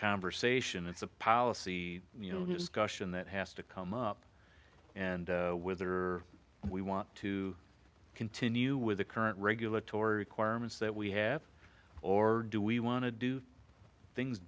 conversation it's a policy you know discussion that has to come up and wither we want to continue with the current regulatory requirements that we have or do we want to do things